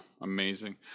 amazing